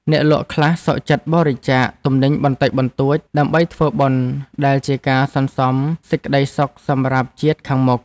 អ្នកលក់ខ្លះសុខចិត្តបរិច្ចាគទំនិញបន្តិចបន្តួចដើម្បីធ្វើបុណ្យដែលជាការសន្សំសេចក្ដីសុខសម្រាប់ជាតិខាងមុខ។